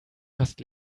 fast